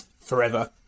forever